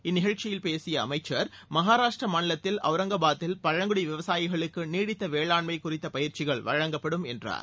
இந்த நிகழ்ச்சியில் பேசிய அமைச்சர் மகாராஷ்ட்ரா மாநிலத்தில் அவுரங்காபாத்தில் பழங்குடி விவசாயிகளுக்கு நீடித்த வேளாண்மை குறித்த பயிற்சிகள் வழங்கப்படும் என்றார்